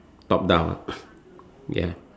top down ya